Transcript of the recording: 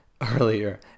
earlier